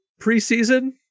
preseason